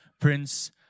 Prince